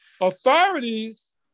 authorities